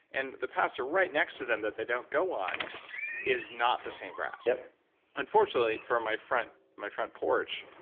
and the pasture right next to them that they don't go on is not the same grass yup unfortunately for my front my front porch,